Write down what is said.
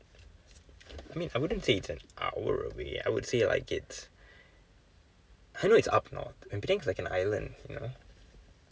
I mean I wouldn't say it's an hour away I would say like it's I know it's up north and penang is like an island you know